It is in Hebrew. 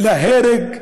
להרג,